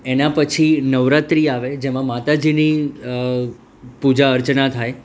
એના પછી નવરાત્રી આવે જેમાં માતાજીની પૂજા અર્ચના થાય